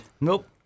Nope